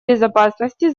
безопасности